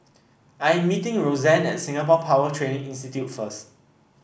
I'm meeting Rozanne at Singapore Power Training Institute first